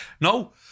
No